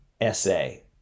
essay